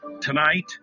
Tonight